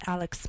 Alex